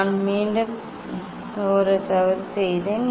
நான் மீண்டும் ஒரு தவறு செய்தேன்